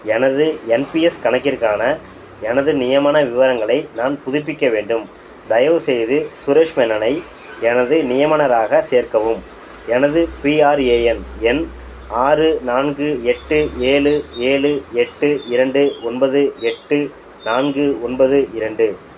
எனது என்பிஎஸ் கணக்கிற்கான எனது நியமன விவரங்களை நான் புதுப்பிக்க வேண்டும் தயவுசெய்து சுரேஷ் மேனனை எனது நியமனமராக சேர்க்கவும் எனது பிஆர்ஏஎன் எண் ஆறு நான்கு எட்டு ஏழு ஏழு எட்டு இரண்டு ஒன்பது எட்டு நான்கு ஒன்பது இரண்டு